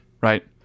right